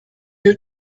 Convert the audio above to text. you